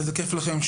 איזה כיף לכם,